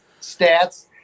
stats